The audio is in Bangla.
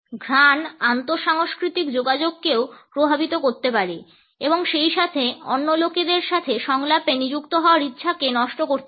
ঘ্রাণ আন্তঃসাংস্কৃতিক যোগাযোগকেও প্রভাবিত করতে পারে এবং সেইসাথে অন্য লোকেদের সাথে সংলাপে নিযুক্ত হওয়ার ইচ্ছাকে নষ্ট করতে পারে